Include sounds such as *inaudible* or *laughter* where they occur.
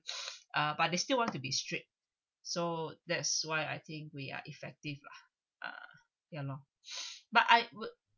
*breath* uh but they still want to be strict so that's why I think we are effective lah uh ya lor *breath* but I would